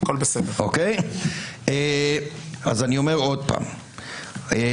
אני אומר עוד פעם,